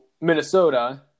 Minnesota